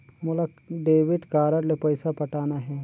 मोला debit card ले पइसा पटाना हे?